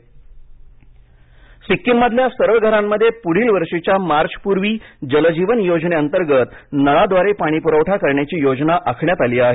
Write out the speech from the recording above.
नळाद्वारे पाणीपरवठा सिक्कीममधल्या सर्व घरांमध्ये पुढील वर्षीच्या मार्चपूर्वी जलजीवन योजनेअंतर्गत नळाद्वारे पाणीपुरवठा करण्याची योजना आखण्यात आली आहे